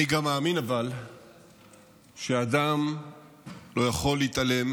אבל אני גם מאמין שאדם לא יכול להתעלם